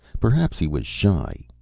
perhaps he was shy.